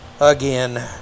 again